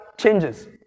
changes